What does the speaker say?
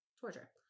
torture